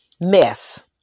mess